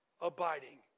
abiding